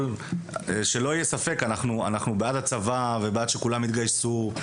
שלא יהיה ספק, אנחנו בעד הצבא ובעד שכולם יתגייסו.